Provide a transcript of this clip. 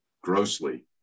grossly